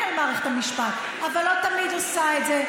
על מערכת המשפט אבל לא תמיד עושה את זה.